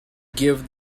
give